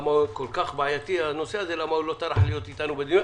אם הנושא הזה כל כך בעייתי למה הוא לא טרח להיות איתנו בדיונים,